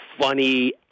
funny